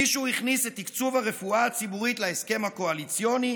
מישהו הכניס את תקצוב הרפואה הציבורית להסכם הקואליציוני,